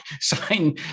sign